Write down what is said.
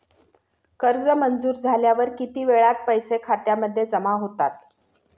कर्ज मंजूर झाल्यावर किती वेळात पैसे खात्यामध्ये जमा होतात?